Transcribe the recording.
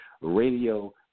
radio